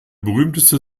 berühmteste